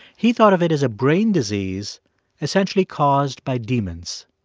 he thought of it as a brain disease essentially caused by demons.